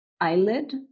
eyelid